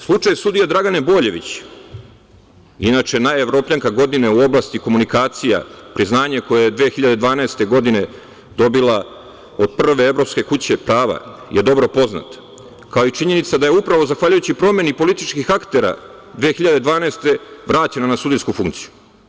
Slučaj sudije Dragane Boljević, inače najevropljanka godine u oblasti komunikacija, priznanje koje je 2012. godine dobila od prve evropske kuće prava, je dobro poznat, kao i činjenica da je upravo zahvaljujući promeni političkih aktera 2012. godine vraćena na sudijsku funkciju.